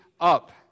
up